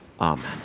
Amen